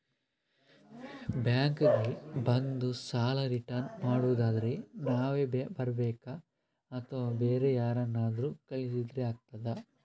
Bank ಗೆ ಬಂದು ಸಾಲ ರಿಟರ್ನ್ ಮಾಡುದಾದ್ರೆ ನಾವೇ ಬರ್ಬೇಕಾ ಅಥವಾ ಬೇರೆ ಯಾರನ್ನಾದ್ರೂ ಕಳಿಸಿದ್ರೆ ಆಗ್ತದಾ?